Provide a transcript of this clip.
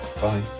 Bye